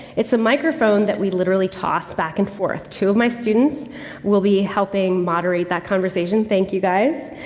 it's a microphone that we literally toss back and forth. two of my students will be helping moderate that conversation. thank you, guys.